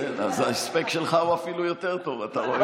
אז ההספק שלך הוא אפילו יותר טוב, אתה רואה?